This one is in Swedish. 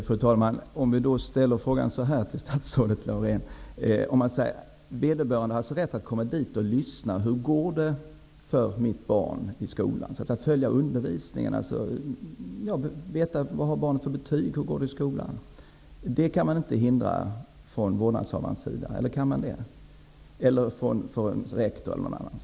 Fru talman! Jag vill då ställa frågan så här till statsrådet Laurén. Vederbörande har alltså rätt att komma till skolan och följa undervisningen för att få veta hur det går för barnet och vilka betyg det får. Detta kan vårdnadshavaren eller rektor alltså inte hindra. Eller kan de det?